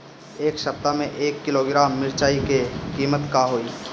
एह सप्ताह मे एक किलोग्राम मिरचाई के किमत का होई?